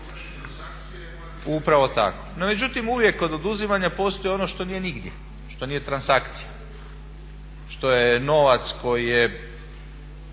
Upravo tako. No međutim, uvijek kod oduzimanja postoji ono što nije nigdje, što nije transakcija, što je novac koji je